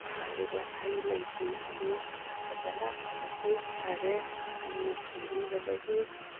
ꯊꯥꯔꯤꯕ ꯍꯩ ꯂꯩꯁꯤꯡ ꯑꯗꯨ ꯐꯖꯅ ꯍꯧꯖꯤꯛꯇꯤ ꯐꯔꯦ ꯑꯩꯅ ꯁꯦꯝꯕꯤꯕꯗꯒꯤ